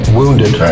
wounded